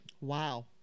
Wow